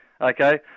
Okay